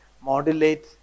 modulate